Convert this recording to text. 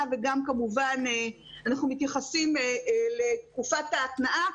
וגם כמובן אנחנו מתייחסים לתקופת ההתנעה.